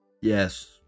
Yes